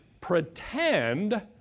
pretend